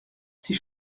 ces